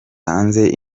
hanze